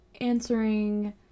answering